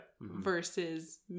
versus